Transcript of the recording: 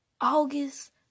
August